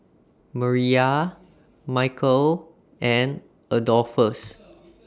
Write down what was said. Mariyah Micheal and Adolphus